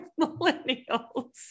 millennials